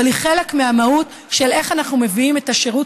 אבל היא חלק מהמהות של איך אנחנו מביאים את השירות